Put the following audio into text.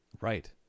Right